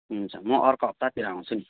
हुन्छ म अर्को हप्तातिर आउँछु नि